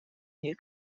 new